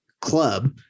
club